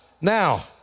Now